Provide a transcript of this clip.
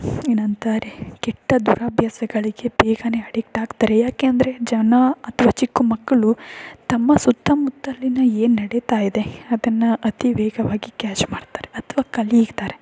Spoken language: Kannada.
ಏನಂತಾರೆ ಕೆಟ್ಟ ದುರಭ್ಯಾಸಗಳಿಗೆ ಬೇಗನೇ ಅಡಿಕ್ಟ್ ಆಗ್ತಾರೆ ಯಾಕೆಂದರೆ ಜನ ಅಥವಾ ಚಿಕ್ಕ ಮಕ್ಕಳು ತಮ್ಮ ಸುತ್ತಮುತ್ತಲಿನ ಏನು ನಡಿತಾ ಇದೆ ಅದನ್ನು ಅತಿ ವೇಗವಾಗಿ ಕ್ಯಾಚ್ ಮಾಡ್ತಾರೆ ಅಥವಾ ಕಲೀತಾರೆ